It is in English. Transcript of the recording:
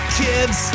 kids